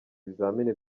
ibizamini